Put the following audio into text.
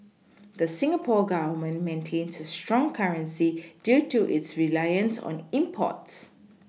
the Singapore Government maintains a strong currency due to its reliance on imports